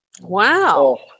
Wow